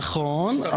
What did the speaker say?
נכון,